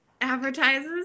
advertises